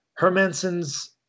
Hermanson's –